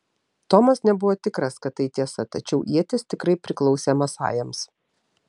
tomas nebuvo tikras kad tai tiesa tačiau ietis tikrai priklausė masajams